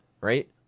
Right